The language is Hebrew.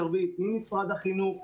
אז מי שישלם את המחיר זה ההורים והתלמידים,